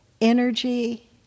energy